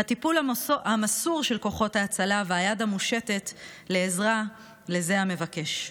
הטיפול המסור של כוחות ההצלה והיד המושטת לעזרה לזה המבקש.